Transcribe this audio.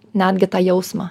netgi tą jausmą